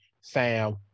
sam